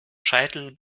scheitel